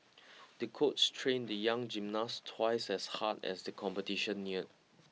the coach trained the young gymnast twice as hard as the competition neared